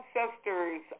ancestors